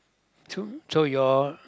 so so your